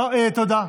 תודה.